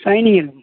shining